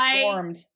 formed